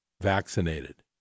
vaccinated